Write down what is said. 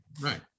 Right